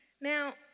Now